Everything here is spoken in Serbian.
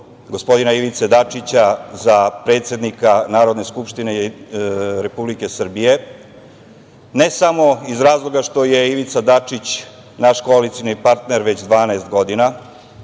gospodina Ivice Dačića, za predsednika Narodne skupštine Republike Srbije. Ne samo iz razloga što je, Ivica Dačić naš koalicioni partner već 12 godina,